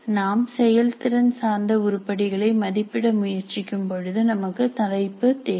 நாம் செயல் திறன் சார்ந்த உருப்படிகளை மதிப்பிட முயற்சிக்கும் பொழுது நமக்கு தலைப்பு தேவை